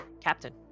captain